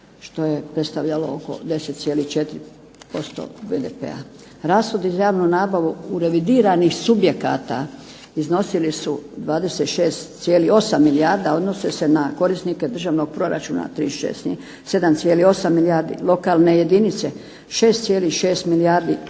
što je predstavljalo oko 10,4% BDP-a. Rashodi za javnu nabavu revidiranih subjekata iznosili su 26,8 milijarda, a odnose se na korisnike državnog proračuna …/Govornica se ne razumije./… 7,8 milijardi.